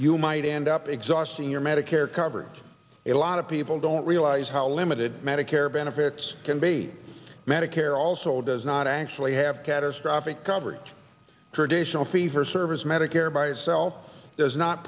you might end up exhausting your medicare coverage a lot of people don't realize how limited medicare benefits can be medicare also does not actually have catastrophic coverage traditional fee for service medicare by itself does not